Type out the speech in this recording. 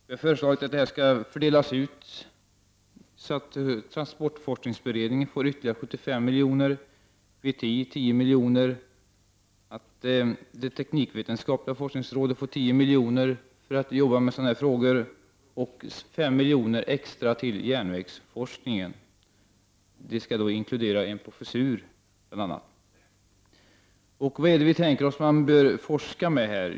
Vi har föreslagit att detta skall fördelas på ett sådant sätt att transportforskningsberedningen får ytterligare 75 milj.kr., VTI 10 milj.kr., det teknikvetenskapliga forskningsrådet 10 milj.kr. och att 5 milj.kr. extra går till järnvägsforskningen, och det skall inkludera bl.a. en professur. Vilken typ av forskning är det som vi har tänkt oss?